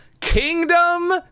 kingdom